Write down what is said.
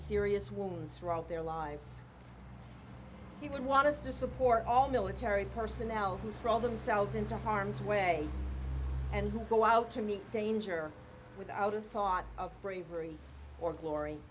wounds throughout their lives he would want us to support all military personnel who throw themselves into harm's way and who go out to meet danger without a thought of bravery or glory